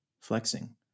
flexing